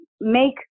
Make